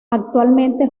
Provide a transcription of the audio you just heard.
actualmente